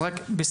אז רק בסיכום.